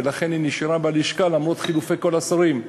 ולכן היא נשארה בלשכה, למרות חילופי כל השרים.